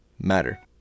matter